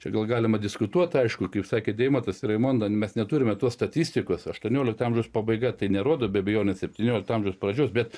čia gal galima diskutuot aišku kaip sakė deimantas ir raimonda mes neturime tos statistikos aštuoniolikto amžiaus pabaiga tai nerodo be abejonės septyniolikto amžiaus pradžios bet